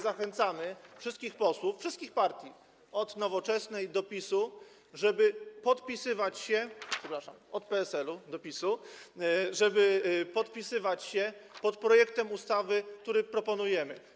Zachęcamy wszystkich posłów wszystkich partii, od Nowoczesnej do PiS-u, przepraszam, od PSL-u do PiS-u, żeby podpisywali się pod projektem ustawy, który proponujemy.